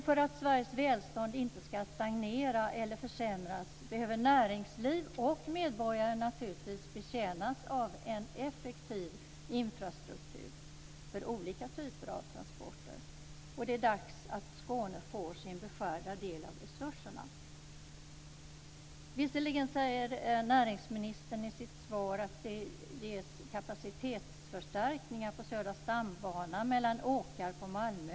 För att Sveriges välstånd inte skall stagnera eller försämras behöver näringsliv och medborgare naturligtvis betjänas av en effektiv infrastruktur för olika typer av transporter. Det är dags att Skåne får sin beskärda del av resurserna. Visserligen säger näringsministern i sitt svar att det görs kapacitetsförstärkningar på Södra stambanan mellan Åkarp och Malmö.